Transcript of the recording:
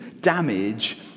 damage